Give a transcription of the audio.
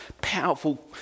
powerful